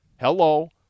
Hello